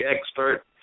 expert